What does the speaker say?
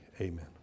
Amen